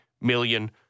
million